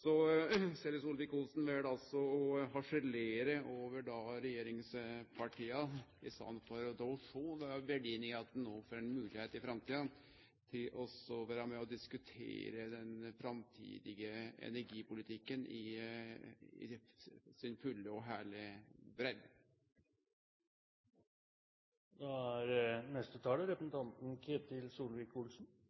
Så Ketil Solvik-Olsen vel altså å harselere over regjeringspartia i staden for å sjå verdien i at han no får moglegheit til i framtida å vere med og diskutere den framtidige energipolitikken i si fulle og